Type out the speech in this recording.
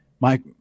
Mike